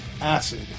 acid